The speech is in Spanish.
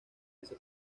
ese